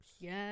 Yes